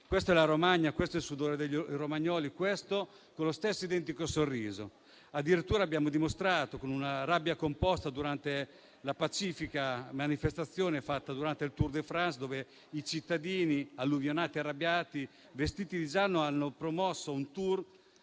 Questa è la Romagna, questo è il sudore dei romagnoli, con lo stesso identico sorriso. Addirittura, abbiamo dimostrato una rabbia composta con la pacifica manifestazione fatta durante il *Tour* *de France*, durante la quale i cittadini alluvionati, arrabbiati, vestiti di giallo, hanno promosso un *tour*